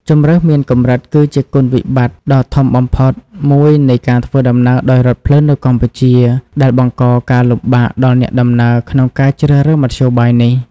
ជម្រើសមានកម្រិត គឺជាគុណវិបត្តិដ៏ធំបំផុតមួយនៃការធ្វើដំណើរដោយរថភ្លើងនៅកម្ពុជា ដែលបង្កការលំបាកដល់អ្នកដំណើរក្នុងការជ្រើសរើសមធ្យោបាយនេះ។